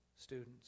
students